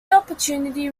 opportunity